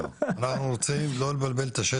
אנחנו נדע לתמוך בה.